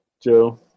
Joe